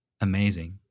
Amazing